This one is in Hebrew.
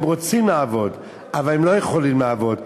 הם רוצים לעבוד אבל הם לא יכולים לעבוד,